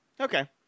Okay